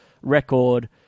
record